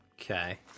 Okay